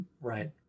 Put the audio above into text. right